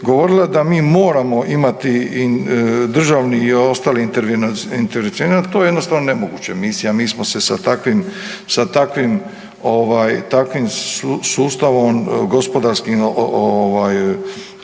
da mi moramo imati državni i ostali … /ne razumije se/… . To je jednostavno nemoguća misija. Mi smo se sa takvim sustavom gospodarskim